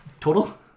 Total